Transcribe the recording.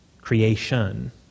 creation